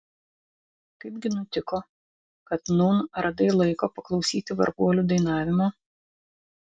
kaipgi nutiko kad nūn radai laiko paklausyti varguolių dainavimo